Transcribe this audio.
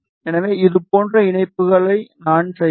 எனவே இது போன்ற இணைப்புகளை நான் செய்வேன்